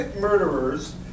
murderers